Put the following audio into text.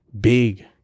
big